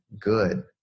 good